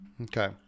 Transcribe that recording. Okay